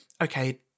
okay